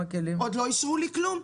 עוד לא אישרו לי כלום.